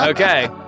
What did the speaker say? Okay